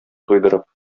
туйдырып